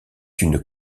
une